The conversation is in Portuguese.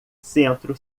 centro